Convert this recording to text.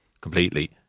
completely